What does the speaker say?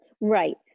Right